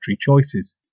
choices